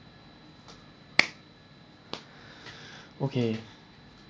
okay